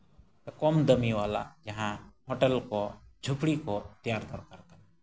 ᱠᱚᱢ ᱫᱟᱹᱢᱤ ᱵᱟᱞᱟ ᱡᱟᱦᱟᱸ ᱦᱳᱴᱮᱞ ᱠᱚ ᱡᱷᱩᱯᱲᱤ ᱠᱚ ᱛᱮᱭᱟᱨ ᱫᱚᱨᱠᱟᱨ ᱠᱟᱱᱟ